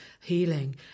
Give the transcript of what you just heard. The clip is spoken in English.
healing